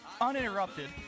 uninterrupted